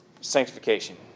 sanctification